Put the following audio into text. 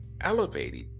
elevated